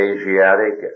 Asiatic